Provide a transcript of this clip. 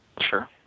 Sure